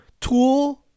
tool